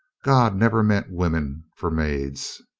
god never meant women for maids.